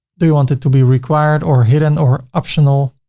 do you want it to be required, or hidden or optional?